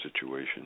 situation